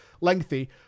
Lengthy